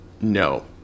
No